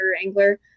angler